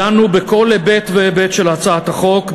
דנו בכל היבט והיבט של הצעת החוק,